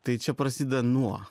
tai čia prasideda nuo